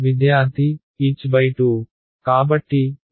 విద్యార్థి h2